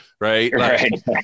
right